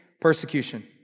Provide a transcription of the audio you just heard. persecution